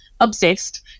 obsessed